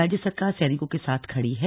राज्य सरकार सैनिकों के साथ खड़ी है